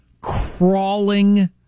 crawling